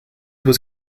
was